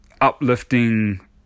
uplifting